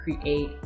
create